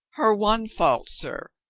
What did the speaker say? her one fault, sir.